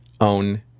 own